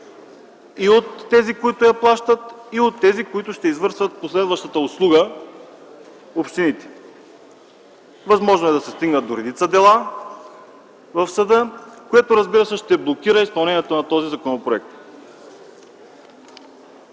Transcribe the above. и от тези, които я плащат, и от тези, които ще извършват последващата услуга – общините. Възможно е да се стигне до редица дела в съда, което, разбира се, ще блокира изпълнението на този законопроект.